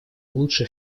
лучше